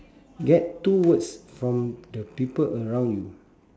get two words from the people around you